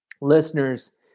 listeners